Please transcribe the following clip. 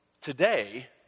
today